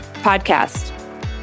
podcast